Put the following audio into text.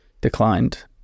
declined